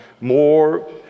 more